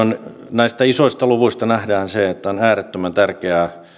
näistä isoista luvuista nähdään se että on äärettömän tärkeää että